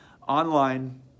online